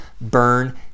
burn